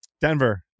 Denver